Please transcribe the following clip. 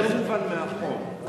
זה לא מובן מהחוק.